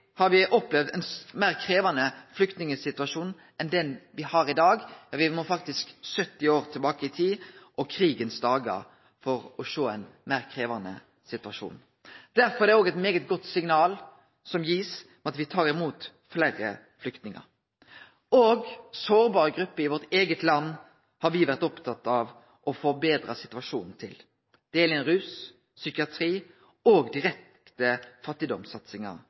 har me opplevd ein meir krevjande flyktningsituasjon enn den me har i dag. Me må faktisk 70 år tilbake i tid og til krigens dagar for å sjå ein meir krevjande situasjon. Derfor er det òg eit veldig godt signal som blir gitt når me tar imot fleire flyktningar. Òg sårbare grupper i vårt eige land har me vore opptatt av å forbetre situasjonen for. Det gjeld innan rus, psykiatri og direkte